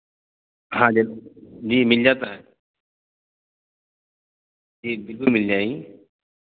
ہاں جی جی مل جاتا ہے جی بالکل مل جائیں گی